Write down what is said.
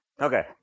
Okay